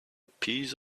piece